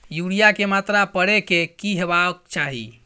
Urea के मात्रा परै के की होबाक चाही?